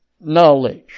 knowledge